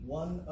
one